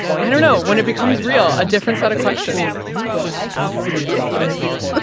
i don't know when it becomes real. a different set of questions yes. yes, indeed. but